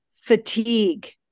fatigue